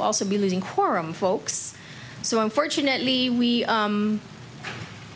also be losing quorum folks so unfortunately we